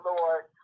Lord